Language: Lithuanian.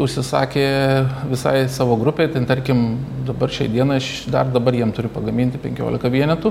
užsisakė visai savo grupei ten tarkim dabar šiai dienai aš dar dabar jiem turiu pagaminti penkiolika vienetų